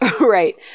right